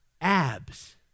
Abs